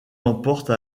emporte